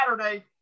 Saturday